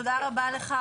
תודה רבה לך,